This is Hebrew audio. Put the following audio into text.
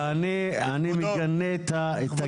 ואני מגנה את הגישה.